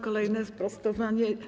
Kolejne sprostowanie.